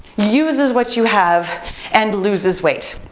uses what you have and loses weight.